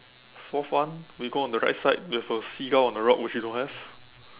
fourth one we go on the right side we have a seagull on the rock which you don't have